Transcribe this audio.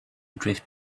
drift